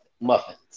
muffins